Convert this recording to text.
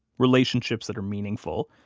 relationships that are meaningful,